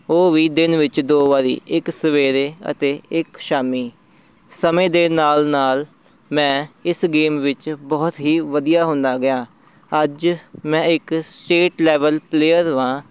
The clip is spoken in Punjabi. ਉਹ ਵੀ ਦਿਨ ਵਿੱਚ ਦੋ ਵਾਰ ਇੱਕ ਸਵੇਰੇ ਅਤੇ ਇੱਕ ਸ਼ਾਮੀ ਸਮੇਂ ਦੇ ਨਾਲ ਨਾਲ ਮੈਂ ਇਸ ਗੇਮ ਵਿੱਚ ਬਹੁਤ ਹੀ ਵਧੀਆ ਹੁੰਦਾ ਗਿਆ ਅੱਜ ਮੈਂ ਇੱਕ ਸਟੇਟ ਲੈਵਲ ਪਲੇਅਰ ਹਾਂ